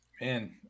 man